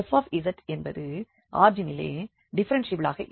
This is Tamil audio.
f என்பது ஆரிஜினிலே டிஃப்பெரென்ஷியபிளாக இல்லை